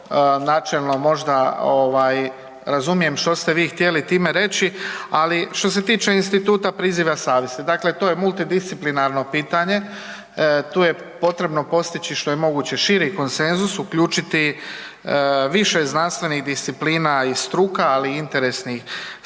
načelno možda razumijem što ste vi htjeli time reći. Ali što se tiče instituta priziva savjesti, dakle to je multidisciplinarno pitanje tu je potrebno postići što je moguće širi konsenzus, uključiti više znanstvenih disciplina i struka, ali i interesnih